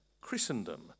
Christendom